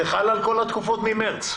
זה חל על כל התקופות ממרס.